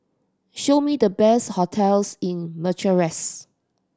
show me the best hotels in Bucharest